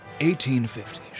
1850s